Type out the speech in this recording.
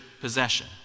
possession